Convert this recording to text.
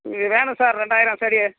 வேணும் சார் ரெண்டாயிரம் செடி